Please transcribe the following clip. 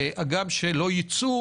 הגם שלא יצאו,